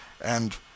and—